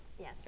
Yes